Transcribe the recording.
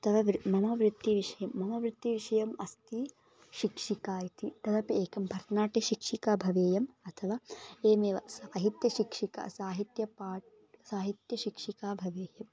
तव वृ मम वृत्तिविषये मम वृत्तिविषयम् अस्ति शिक्षिका इति तदपि एकं भरतनाट्यशिक्षिका भवेयम् अथवा एवमेव साहित्यशिक्षिका साहित्य पा साहित्यशिक्षिका भवेयुः